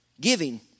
Giving